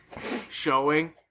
showing